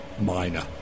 minor